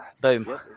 Boom